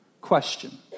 question